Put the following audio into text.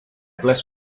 bless